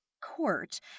court